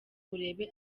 urebe